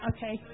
Okay